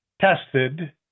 tested